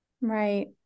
Right